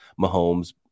Mahomes